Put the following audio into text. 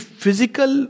physical